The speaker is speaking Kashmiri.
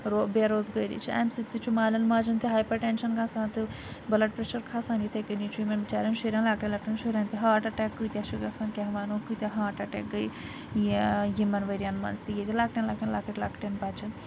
رو بےٚ روزگٲری چھِ امہِ سۭتۍ تہِ چھُ مالٮ۪ن ماجٮ۪ن تہِ ہایپَر ٹینشَن گَژھان تہٕ بٕلَڈ پریشَر کھَسان یِتھے کٔنی چھُ یِمَن بچاریٚن شُریٚن لۄکٹٮ۪ن لۄکٹٮ۪ن شُریٚن تہِ ہاٹ اَٹیک کۭتیاہ چھِ گَژھان کیاہ وَنو کۭتیاہ ہاٹ اَٹیک گٔے یہِ یِمَن ؤریَن مَنٛز تہِ ییٚتہِ لۄکٹٮ۪ن لۄکٹٮ۪ن لۄکٕٹۍ لۄکٹٮ۪ن بَچَن